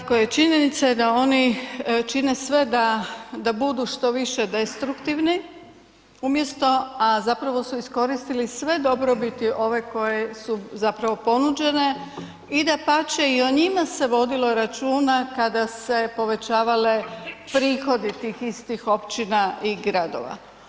Tako je, činjenica je da oni čine sve da, da budu što više destruktivni umjesto, a zapravo su iskoristili sve dobrobiti ove koje su zapravo ponuđene i dapače i o njima se vodilo računa kada se povećavale prihodi tih istih općina i gradova.